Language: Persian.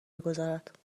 میگذارد